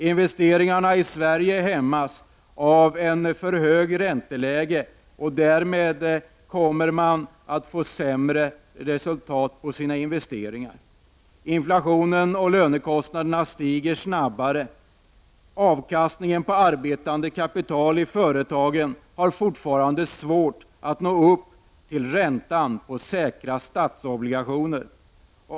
Investeringarna i Sverige hämmas av ett för högt ränteläge, och därmed får man sämre resultat på investeringarna. Inflationen och lönekostnaderna stiger snabbare. Avkastningen på arbetande kapital i företagen har fortfarande svårt att nå upp till räntan på säkra statsobligationer!